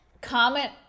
comment